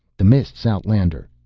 the mists, outlander.